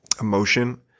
Emotion